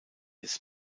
ist